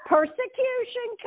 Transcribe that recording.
Persecution